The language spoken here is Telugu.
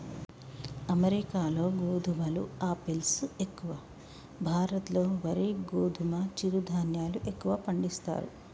అమెరికాలో గోధుమలు ఆపిల్స్ ఎక్కువ, భారత్ లో వరి గోధుమ చిరు ధాన్యాలు ఎక్కువ పండిస్తారు